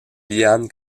liane